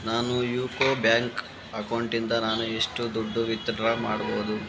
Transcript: ನಾನು ಯುಕೋ ಬ್ಯಾಂಕ್ ಅಕೌಂಟಿಂದ ನಾನು ಎಷ್ಟು ದುಡ್ಡು ವಿತ್ಡ್ರಾ ಮಾಡ್ಬೋದು